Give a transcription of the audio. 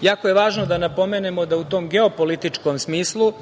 je važno da napomenemo da u tom geopolitičkom smislu,